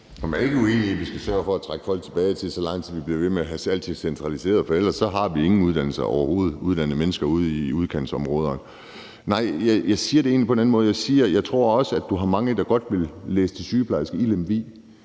Jeg er ikke uenig i, at vi skal sørge for at trække folk tilbage, så længe vi bliver ved med at have alting centraliseret. For ellers har vi ingen uddannelser overhovedet og ingen uddannede mennesker ude i udkantsområderne. Jeg siger det egentlig på en anden måde. Jeg siger: Jeg tror også, at du har mange, der godt vil læse til sygeplejerske i